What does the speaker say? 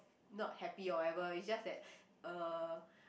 not happy or whatever it's just that uh